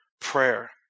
prayer